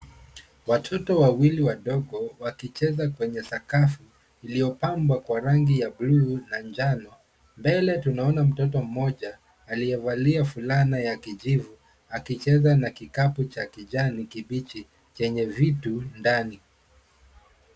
Watoto wawili wadogo wakicheza kwenye sakafu iliyopambwa kwa rangi ya buluu na njano. Mbele tunaona mtoto mmoja aliyevalia fulana ya kijivu akicheza na kikapu cha kijani kibichi chenye vitu ndani.